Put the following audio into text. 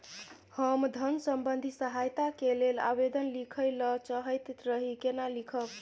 हम धन संबंधी सहायता के लैल आवेदन लिखय ल चाहैत रही केना लिखब?